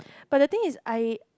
but the thing is I